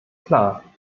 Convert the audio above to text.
klar